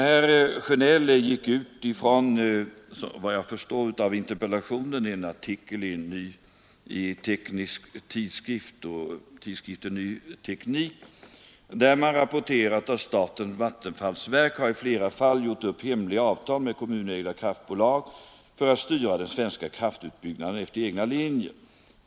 Herr Sjönell gick efter vad jag förstår av interpellationen ut från en artikel i tidskriften Ny Teknik, där man rapporterat, att statens vattenfallsverk i flera fall gjort hemliga avtal med kommunägda kraftbolag för att styra den svenska kraftutbyggnaden efter egna linjer.